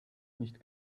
nicht